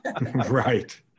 right